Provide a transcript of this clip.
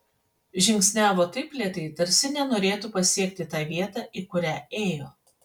žingsniavo taip lėtai tarsi nenorėtų pasiekti tą vietą į kurią ėjo